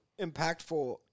impactful